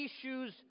issues